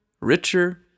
richer